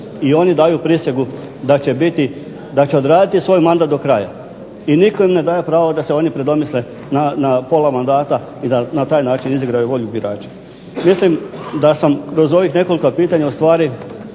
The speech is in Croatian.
I oni daju prisegu da će biti da će odraditi svoj mandat do kraja i nitko im ne daje pravo da se oni predomisle na pola mandata i da na taj način izigraju volju birača. Mislim da sam kroz ovih nekoliko pitanja ustvari